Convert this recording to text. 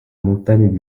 montagnes